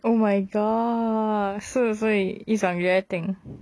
oh my god 所以是一场约定